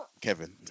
Kevin